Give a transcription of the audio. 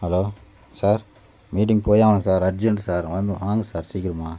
hello sir meeting போய் ஆகணும் sir urgent sir வந்து வாங்க சார் சீக்கிரமா